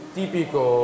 tipico